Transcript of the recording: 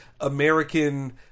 American